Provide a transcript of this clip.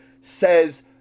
says